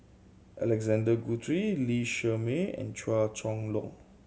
Alexander Guthrie Lee Shermay and Chua Chong Long